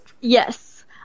Yes